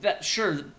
Sure